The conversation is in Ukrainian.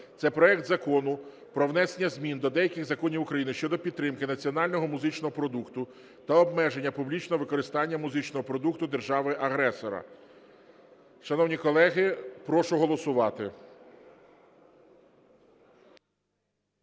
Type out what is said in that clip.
це проект Закону про внесення змін до деяких законів України щодо підтримки національного музичного продукту та обмеження публічного використання музичного продукту держави-агресора. Шановні колеги, прошу голосувати.